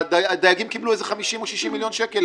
הדייגים קיבלו איזה 50 או 60 מיליון שקל